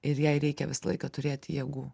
ir jai reikia visą laiką turėti jėgų